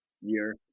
year